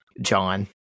John